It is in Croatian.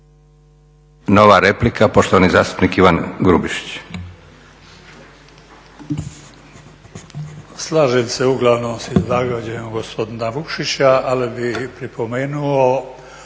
Nova replika, poštovani zastupnik Ivan Grubišić.